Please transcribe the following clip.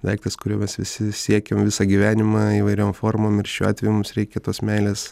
daiktas kurio mes visi siekiam visą gyvenimą įvairiom formom ir šiuo atveju mums reikia tos meilės